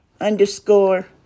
underscore